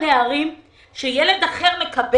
הפערים בין מה שהם מקבלים לבין מה שילד אחר מקבל,